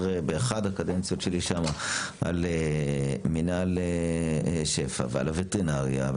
באחת הקדנציות שלי שם על מינהל שפ"ע ועל הווטרינריה.